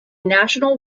national